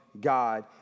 God